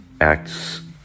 Acts